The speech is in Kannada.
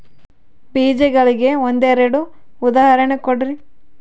ಬೇಜಗಳಿಗೆ ಒಂದೆರಡು ಉದಾಹರಣೆ ಕೊಡ್ರಿ?